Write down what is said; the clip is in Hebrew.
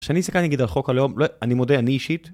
כשאני הסתכלתי נגיד על חוק הלאום, אני מודה אני אישית..